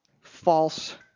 false